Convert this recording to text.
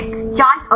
charged अवशेष